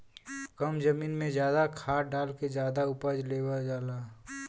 कम जमीन में जादा खाद डाल के जादा उपज लेवल जाला